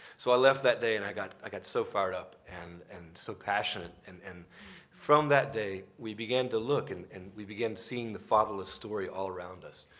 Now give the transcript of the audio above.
so i left that day and i got i got so fired up and and so passionate. and and from that day, we began to look and and we began seeing the fatherless story all around us.